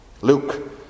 Luke